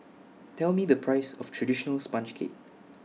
Tell Me The Price of Traditional Sponge Cake